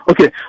Okay